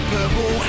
Purple